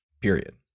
period